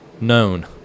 known